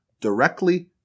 directly